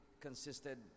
consisted